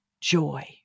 joy